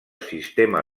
sistema